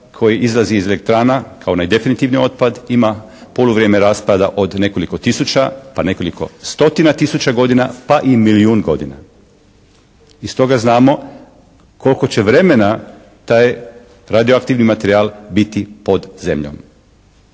koji izlazi iz elektrana kao onaj definitivni otpad ima poluvrijeme raspada od nekoliko tisuća pa nekoliko stotina tisuća godina pa i milijun godina. I stoga znamo koliko će vremena taj radioaktivni materijal biti pod zemljom